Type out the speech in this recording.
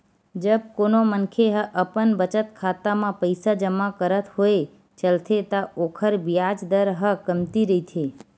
जब कोनो मनखे ह अपन बचत खाता म पइसा जमा करत होय चलथे त ओखर बियाज दर ह कमती रहिथे